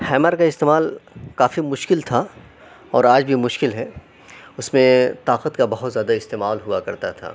hammer کا استعمال کافی مشکل تھا اور آج بھی مشکل ہے اس میں طاقت کا بہت زیادہ استعمال ہوا کرتا تھا